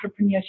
entrepreneurship